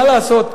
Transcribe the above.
מה לעשות,